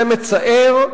זה מצער,